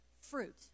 Fruit